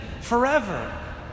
forever